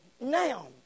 Now